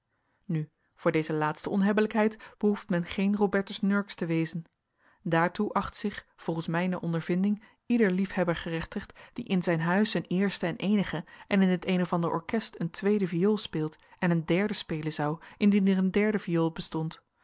nu voor deze laatste onhebbelijkheid behoeft men geen robertus nurks te wezen daartoe acht zich volgens mijne ondervinding ieder liefhebber gerechtigd die in zijn huis een eerste en eenige en in het een of ander orkest een tweede viool speelt en een derde spelen zou indien er een derde viool bestond